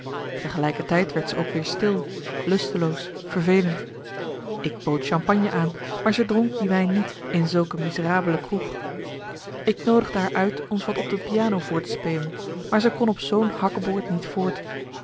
tegelijkertijd werd ze ook weer stil lusteloos vervelend ik bood champagne aan maar zij dronk die wijn niet in zulk een miserabele kroeg ik noodigde haar uit ons wat op de piano voor te spelen maar zij kon op zoo'n hakkebord niet voort